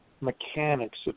mechanics